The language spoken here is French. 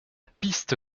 piste